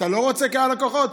אתה לא רוצה קהל לקוחות,